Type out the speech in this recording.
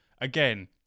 Again